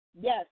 Yes